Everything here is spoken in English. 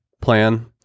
plan